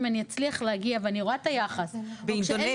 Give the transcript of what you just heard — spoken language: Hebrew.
אני אצליח להגיע ואני רואה את היחס -- באינדונזיה.